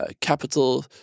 capital